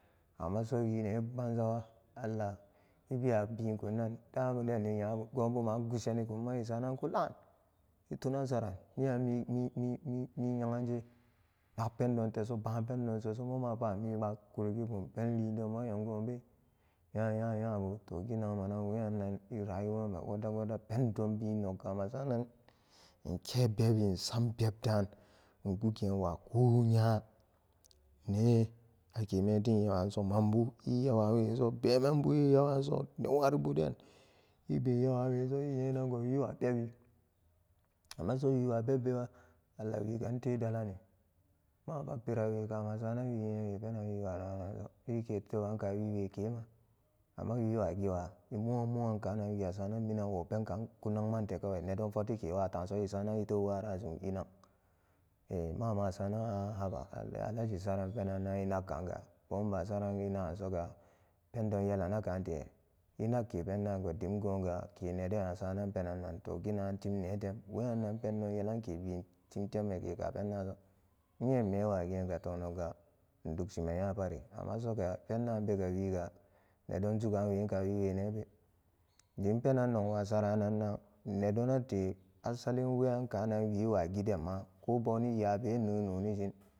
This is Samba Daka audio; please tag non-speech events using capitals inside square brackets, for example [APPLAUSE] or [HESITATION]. Amma so wi ne banza wa allah nbewa biinkun dabuden i nya bu goonbu gusu enikunbe i sanan ku laan kutunan saran miyan mi mi mi [HESITATION] minye'anje nak pendon teso baan pendon teso mo maan pa a mi pwat kurki kun penliidon ma nyagoon be nya nya nyabu to ginang manan weyan i raywuame pendon biin nok ka mesaranan nke bebi nsam beb jaan ngu geen wa koo nya nee ake medin yewaanso maan bu i yewaan weson bemembu i yewaan weson newe ri buden ibe yewaan we so inyenan go wiwa bebi amm so wi wa bebbewa allah wiga nte dalani mama pire keka mesari anan wi nyen we penan wi naganso i ke tebaan ka wike kema amma wi wa giwa i moan moan kánan wi asaranan nwo pen kaan ku nagmantekawe nedon fotti ke wa taan so i sarana i teb wara zum inangt mama a saranan haba alaji saran penan inakkaanga boon ba saran inagan so pendon yelana kaante inake penan pbag dim goon gan ke neden a saranan penannan toh ginagan we yannan pendon yelannan nantim temme ke ka pendaanso nyeen nme wagigu toh nogga ndugshi me nyapari amma soga pendaan bega wiga nedon jugaan kawi ne be dim penan nok wasa ranan nedonate assalin weyan kaanan wiwa gidenma ko boni yaabe noni shin.